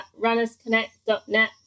runnersconnect.net